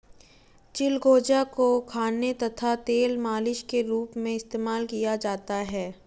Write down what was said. चिलगोजा को खाने तथा तेल मालिश के रूप में इस्तेमाल किया जाता है